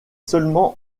seulement